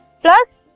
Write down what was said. plus